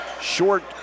short